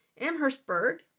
Amherstburg